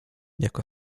jak